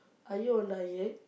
are you on diet